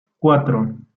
cuatro